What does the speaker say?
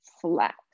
flat